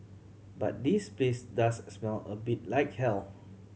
but this place does smell a bit like hell